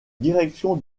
direction